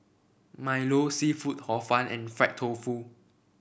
milo seafood Hor Fun and Fried Tofu